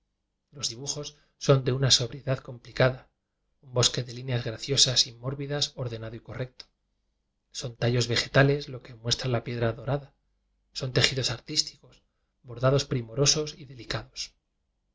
los dibujos son de une sobriedad complicada un bosque de líneas graciosas y mórbidas ordenado y correcto son ta llos vegetales lo que muestra la piedra do rada son tejidos artísticos bordados pri morosos y delicados